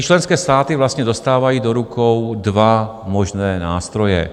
Členské státy dostávají do rukou dva možné nástroje.